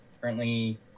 Currently